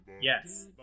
Yes